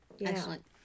Excellent